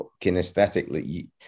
kinesthetically